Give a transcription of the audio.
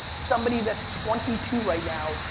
somebody that's twenty two right now,